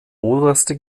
oberste